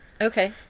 Okay